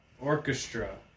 Orchestra